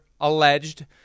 alleged